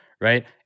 right